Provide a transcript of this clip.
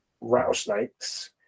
rattlesnakes